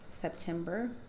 September